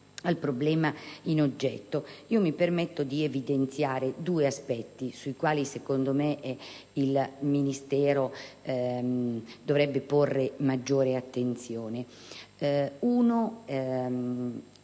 al problema in oggetto, mi permetto di evidenziare due aspetti sui quali, a mio avviso, il Ministero dovrebbe porre maggiore attenzione. I